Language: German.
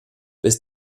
bis